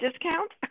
discount